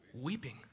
Weeping